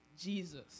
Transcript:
Jesus